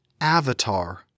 Avatar